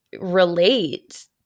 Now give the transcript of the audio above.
relate